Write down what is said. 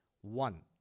One